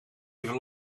even